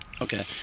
Okay